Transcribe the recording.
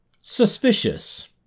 Suspicious